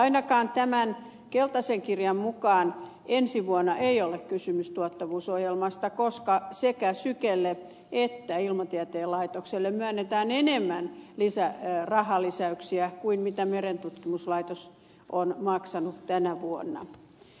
ainakaan tämän keltaisen kirjan mukaan ensi vuonna ei ole kysymys tuottavuusohjelmasta koska sekä sykelle että ilmatieteen laitokselle myönnetään enemmän rahalisäyksiä kuin mitä merentutkimuslaitos on maksanut tänä vuonna